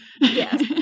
yes